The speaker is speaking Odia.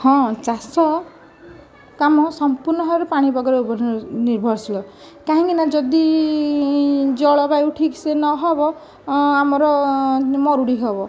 ହଁ ଚାଷ କାମ ସମ୍ପୂର୍ଣ୍ଣ ଭାବରେ ପାଣି ନିର୍ଭରଶୀଳ କାହିଁକିନା ଯଦି ଜଳବାୟୁ ଠିକ୍ସେ ନହେବ ଆମର ମରୁଡ଼ି ହେବ